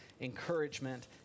encouragement